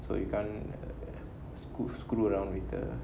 so you can't screw screw around with the